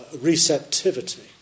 receptivity